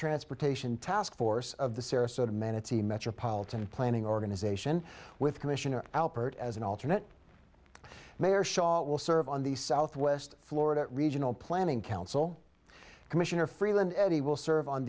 transportation task force of the sarasota minutes the metropolitan planning organization with commissioner alpert as an alternate mayor shaw will serve on the southwest florida regional planning council commissioner freeland as he will serve on